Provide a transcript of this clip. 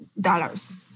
Dollars